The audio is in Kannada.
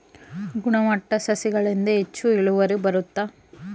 ಗುಣಮಟ್ಟ ಸಸಿಗಳಿಂದ ಹೆಚ್ಚು ಇಳುವರಿ ಬರುತ್ತಾ?